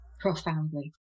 Profoundly